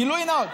גילוי נאות.